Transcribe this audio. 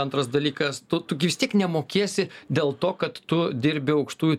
antras dalykas tu tu gi vis tiek nemokėsi dėl to kad tu dirbi aukštųjų